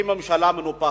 שזו ממשלה מנופחת,